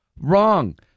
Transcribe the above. wrong